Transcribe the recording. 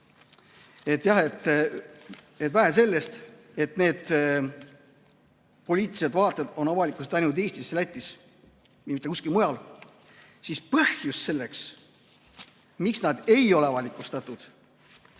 et jah, vähe sellest, et poliitilised vaated on avalikud ainult Eestis ja Lätis, mitte kuskil mujal, siis põhjus selleks, miks need ei ole avalikustatud,